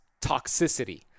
toxicity